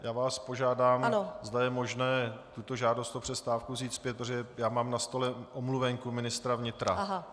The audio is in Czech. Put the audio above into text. Já vás požádám, zda je možné tuto žádost o přestávku vzít zpět, protože mám na stole omluvenku ministra vnitra.